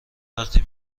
وقتی